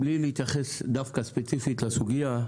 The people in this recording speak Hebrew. בלי להתייחס ספציפית לסוגיה,